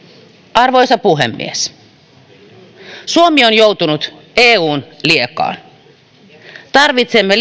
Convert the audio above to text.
arvoisa puhemies suomi on joutunut eun liekaan tarvitsemme